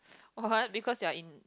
what because you are in